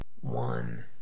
One